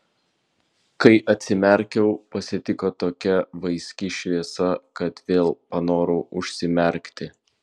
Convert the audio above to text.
kai atsimerkiau pasitiko tokia vaiski šviesa kad vėl panorau užsimerkti